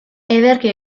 ederki